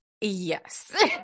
yes